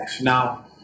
Now